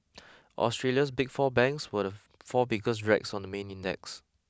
Australia's Big Four banks were the four biggest drags on the main index